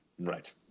Right